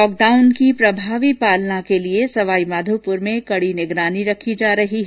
lockdown की प्रभावी पालना के लिए सवाईमाधोपुर में कड़ी निगरानी रखी जा रही है